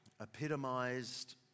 epitomized